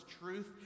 truth